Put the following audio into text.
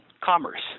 commerce